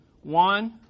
One